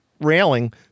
Railing